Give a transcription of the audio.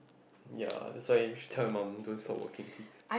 ya that's why should tell your mum those are working peace